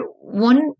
One